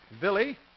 Billy